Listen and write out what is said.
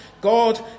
God